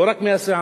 לא רק מהסיעה.